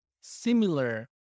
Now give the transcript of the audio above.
similar